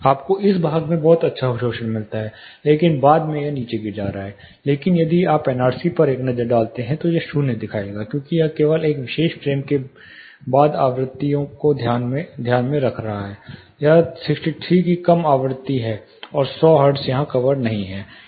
आपको इस भाग में बहुत अच्छा अवशोषण मिलता है इसके बाद यह नीचे गिर रहा है लेकिन यदि आप NRC पर एक नज़र डालते हैं तो यह शून्य दिखाएगा क्योंकि यह केवल इस विशेष फ्रेम के बाद आवृत्तियों को ध्यान में रख रहा है यह 63 की कम आवृत्ति है और 100 हर्ट्ज यहाँ कवर नहीं है